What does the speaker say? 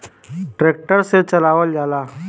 tractor से चलावल जाला